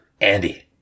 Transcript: Andy